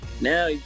now